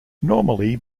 normally